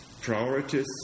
priorities